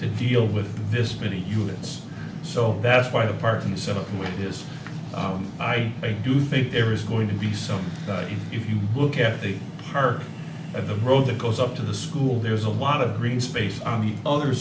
to deal with this many units so that's why the park and set up with this i do think there is going to be so if you look at the part of the road that goes up to the school there's a lot of green space on the other